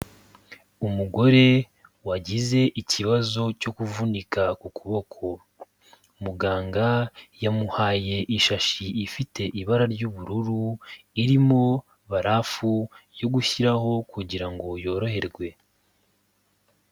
Umugore wagize ikibazo cyo kuvunika ku kuboko, muganga yamuhaye ishashi ifite ibara ry'ubururu irimo barafu yo gushyiraho kugira ngo yoroherwe.